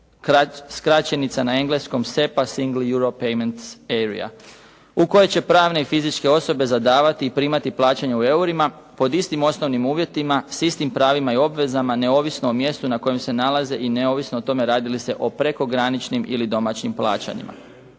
skraćenica na engleskom SEPA "Single Euro payments Area" u kojoj će pravne i fizičke osobe zadavati i primati i davati plaće u eurima pod istim osnovnim uvjetima, s istim pravima i obvezama neovisno o mjestu na kojem se nalaze i neovisno o tome radi li se o prekograničnim ili domaćim plaćanjima.